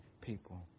people